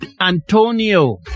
Antonio